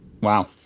Wow